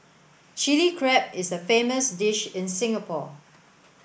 Chilli Crab is a famous dish in Singapore